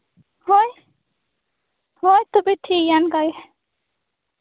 ᱦᱳᱭ ᱦᱳᱭ ᱛᱚᱵᱮ ᱴᱷᱤᱠ ᱜᱮᱭᱟ ᱚᱱᱠᱟ ᱜᱮ